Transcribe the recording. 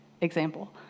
example